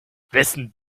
wessen